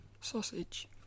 Sausage